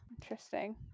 interesting